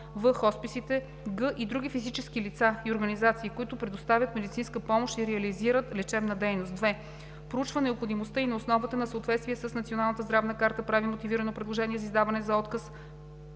в) хосписите; г) и други физически лица и организации, които предоставят медицинска помощ и реализират лечебна дейност. 2. Проучва необходимостта и на основата на съответствие с Националната здравна карта, прави мотивирано предложение за издаване, за отказ